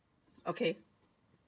okay